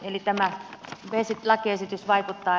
eli tämä lakiesitys vaikuttaa